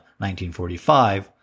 1945